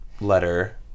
letter